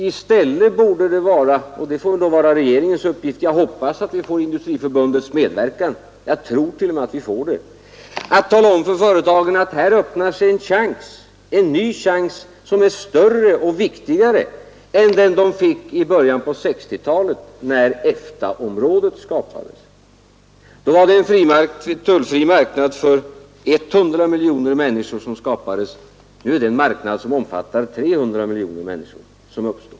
I stället borde det vara, och det får det väl också bli, regeringens uppgift — jag hoppas att vi får Industriförbundets medverkan, och jag t.o.m. tror att vi får det — att tala om för företagen att här öppnas en ny chans, som är större och viktigare än den de fick i början på 1960-talet när EFTA-området skapades. Då var det en tullfri marknad för 100 miljoner människor som skapades; nu omfattar den marknad som uppstår 300 miljoner människor.